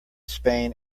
spain